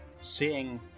seeing